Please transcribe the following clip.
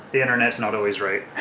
the internet's not always right.